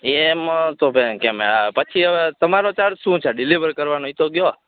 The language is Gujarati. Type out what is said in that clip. એમ તો પછી હવે તમારો ચાર્જ શું છે ડિલેવર કરવાનો એ તો કહો